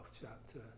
chapter